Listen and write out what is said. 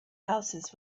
houses